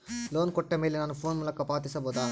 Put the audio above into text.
Loan ಕೊಟ್ಟ ಮೇಲೆ ನಾನು ಫೋನ್ ಮೂಲಕ ಪಾವತಿಸಬಹುದಾ?